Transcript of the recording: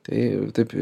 tai taip